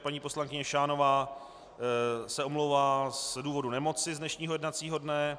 Paní poslankyně Šánová se omlouvá z důvodu nemoci z dnešního jednacího dne.